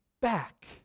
Back